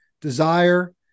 desire